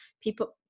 people